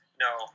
No